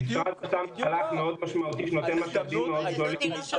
המתווה נותן משאבים מאוד גדולים.